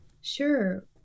Sure